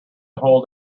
hold